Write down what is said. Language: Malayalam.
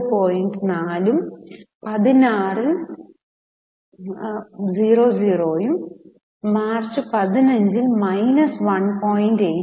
40 ഉം 16 ൽ 00ഉം മാർച്ച് 15 ൽമൈനസ് 1